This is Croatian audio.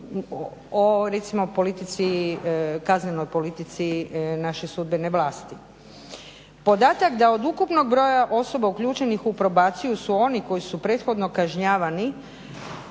o recimo kaznenoj politici naše sudbene vlasti. Podatak da od ukupnog broja osoba uključenih u probaciju su oni koji su prethodno kažnjavani